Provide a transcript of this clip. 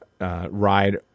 ride